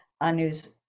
Anu's